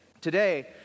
Today